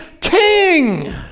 king